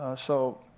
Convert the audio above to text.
ah so